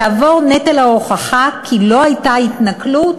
יעבור נטל ההוכחה כי לא הייתה התנכלות